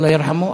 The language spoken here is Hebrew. אללה ירחמו,